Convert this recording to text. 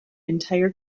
entire